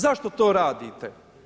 Zašto to radite?